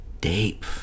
deep